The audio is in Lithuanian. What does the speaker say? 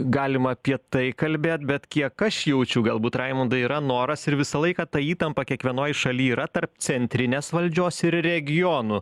galima apie tai kalbėt bet kiek aš jaučiu galbūt raimundai yra noras ir visą laiką ta įtampa kiekvienoj šaly yra tarp centrinės valdžios ir regionų